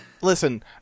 listen